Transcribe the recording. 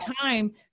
time